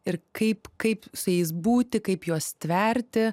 ir kaip kaip su jais būti kaip juos tverti